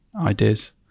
ideas